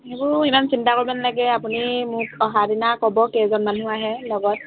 সেইবোৰ ইমান চিন্তা কৰিব নালাগে আপুনি মোক অহা দিনা ক'ব কেইজন মানুহ আহে লগত